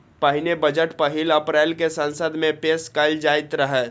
पहिने बजट पहिल अप्रैल कें संसद मे पेश कैल जाइत रहै